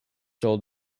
sold